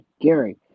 Gary